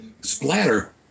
splatter